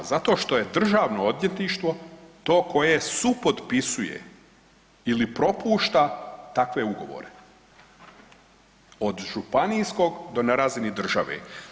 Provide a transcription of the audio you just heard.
Zato što je državno odvjetništvo to koje supotpisuje ili propušta takve ugovore od županijskog do na razini države.